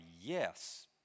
yes